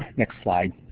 next slide.